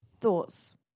Thoughts